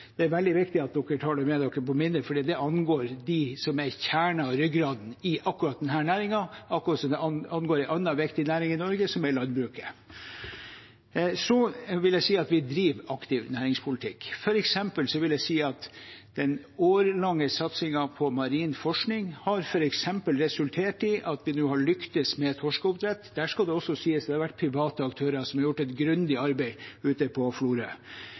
Det er veldig viktig at en legger seg det på minnet, for det angår dem som er kjernen og ryggraden i akkurat denne næringen, akkurat som det angår en annen viktig næring i Norge, som er landbruket. Jeg vil si at vi driver aktiv næringspolitikk. For eksempel vil jeg si at den årelange satsingen på marin forskning har resultert i at vi har lyktes med torskeoppdrett. Der skal det også sies at det har vært private aktører som har gjort et grundig arbeid